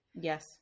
Yes